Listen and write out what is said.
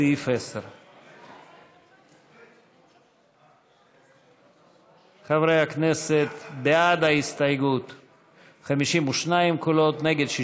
לסעיף 10. ההסתייגות (11) של קבוצת סיעת יש עתיד